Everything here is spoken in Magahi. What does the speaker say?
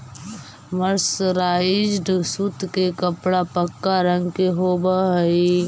मर्सराइज्ड सूत के कपड़ा पक्का रंग के होवऽ हई